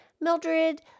Mildred